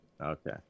Okay